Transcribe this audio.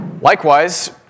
Likewise